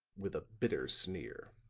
with a bitter sneer.